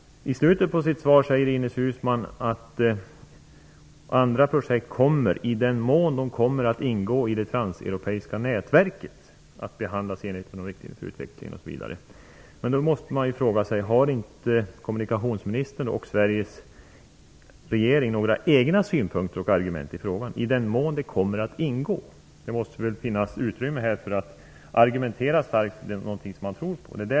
I slutet av svaret säger Ines Uusmann: "Andra projekt kommer, i den mån de kommer att ingå i det transeuropeiska nätverket, att behandlas i enlighet med de riktlinjer för utvecklingen av det transeuropeiska nätverket som för närvarande behandlas av det europeiska parlamenetet och ministerrådet." Men har inte kommunikationsministern och Sveriges regering egna synpunkter och argument i frågan? Här säger kommunikationsministern "i den mån de kommer att ingå", men det finns väl här utrymme för att starkt argumentera för något som man tror på.